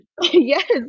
Yes